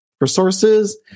resources